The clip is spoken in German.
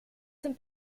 dem